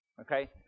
okay